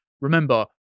remember